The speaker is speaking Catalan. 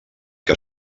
que